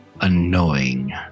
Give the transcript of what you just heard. Annoying